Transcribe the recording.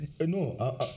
No